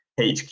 HQ